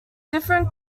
different